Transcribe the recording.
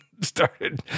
started